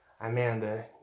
Amanda